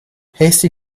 hasty